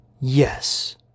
Yes